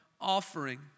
offering